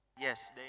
Yes